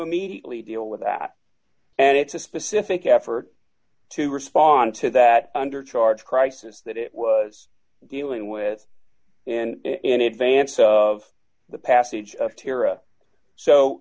immediately deal with that and it's a specific effort to respond to that under charge crisis that it was dealing with and in advance of the passage of tira so